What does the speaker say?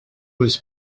was